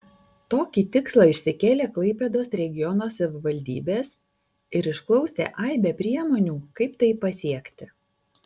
tokį tikslą išsikėlė klaipėdos regiono savivaldybės ir išklausė aibę priemonių kaip tai pasiekti